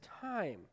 time